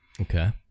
Okay